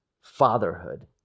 fatherhood